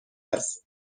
است